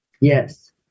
Yes